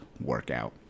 workout